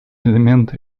элемент